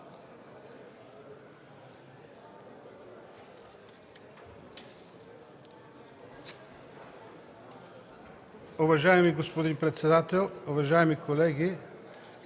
Уважаеми господин председател, уважаеми колеги!